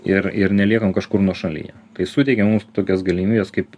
ir ir neliekam kažkur nuošalyje kai suteikia mums tokias galimybes kaip